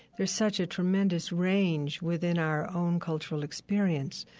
there's such a tremendous range within our own cultural experience.